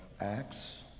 Acts